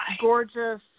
gorgeous